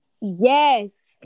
yes